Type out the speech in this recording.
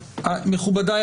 מכובדיי,